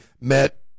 met